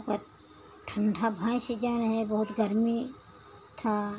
ओका ठंडा भईंस जऊन हैं बहुत गर्मी था